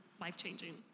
life-changing